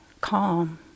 calm